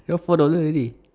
now four dollar already